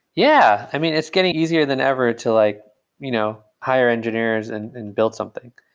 yeah. i mean, it's getting easier than ever to like you know hire engineers and and build something.